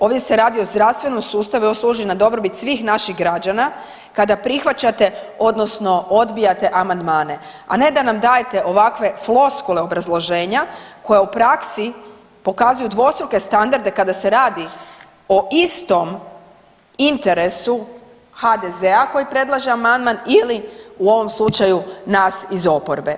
Ovdje se radi o zdravstvenom sustavu i on služi na dobrobit svih naših građana, kada prihvaćate odnosno odbijate amandmane, a ne da nam dajete ovakve floskule obrazloženja koja u praksi pokazuju dvostruke standarde kada se radi o istom interesu HDZ-a koji predlaže amandman ili u ovom slučaju nas iz oporbe.